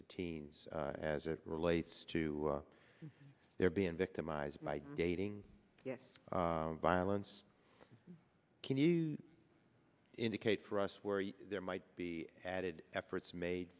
to teens as it relates to their being victimized by dating yes violence can you indicate for us where there might be added efforts made